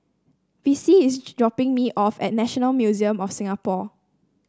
Vicie is dropping me off at National Museum of Singapore